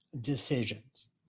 decisions